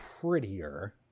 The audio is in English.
prettier